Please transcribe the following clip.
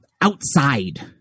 outside